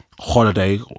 holiday